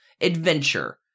adventure